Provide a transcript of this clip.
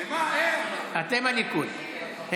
אתם הליכוד.